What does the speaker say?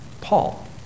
Paul